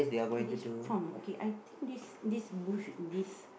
okay this farm okay I think this this bush this